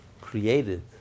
created